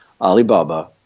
alibaba